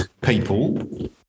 people